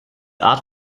art